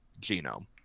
genome